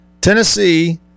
Tennessee